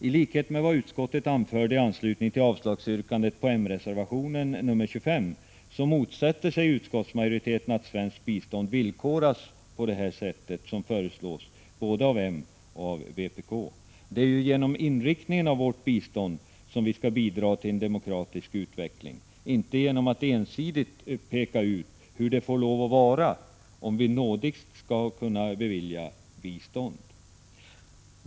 I likhet med vad utskottet anförde i anslutning till yrkandet om avslag på m-reservationen nr 25, motsätter sig utskottets majoritet att svenskt bistånd villkoras på det sätt som föreslås av både m och vpk. Det är ju genom inriktningen av vårt bistånd som vi skall bidra till en demokratisk utveckling, inte genom att ensidigt peka ut hur det får lov att vara om vi nådigst skall bevilja bistånd.